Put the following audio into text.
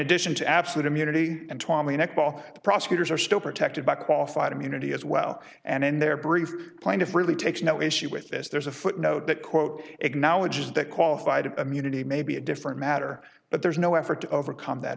addition to absolute immunity and tommy netball the prosecutors are still protected by qualified immunity as well and in their brief plaintiff really takes no issue with this there's a footnote that quote acknowledges that qualified immunity may be a different matter but there's no effort to overcome that